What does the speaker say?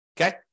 Okay